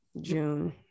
June